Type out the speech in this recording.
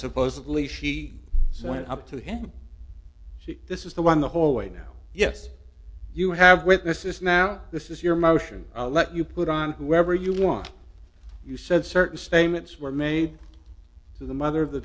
supposedly she went up to him she this is the one the whole way now yes you have witnesses now this is your motion let you put on whoever you want you said certain statements were made to the mother of the